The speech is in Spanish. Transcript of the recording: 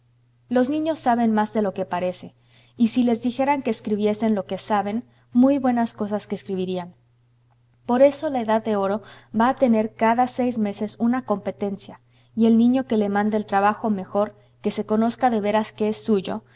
los niños saben más de lo que parece y si les dijeran que escribiesen lo que saben muy buenas cosas que escribirían por eso la edad de oro va a tener cada seis meses una competencia y el niño que le mande el trabajo mejor que se conozca de veras que es suyo